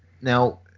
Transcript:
Now